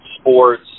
sports